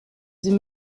sie